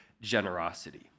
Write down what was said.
generosity